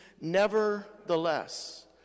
Nevertheless